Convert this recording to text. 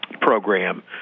program